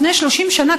לפני 30 שנה,